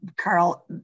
Carl